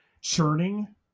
churning